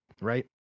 Right